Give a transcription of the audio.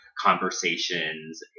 conversations